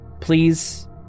please